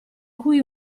cui